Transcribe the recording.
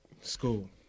school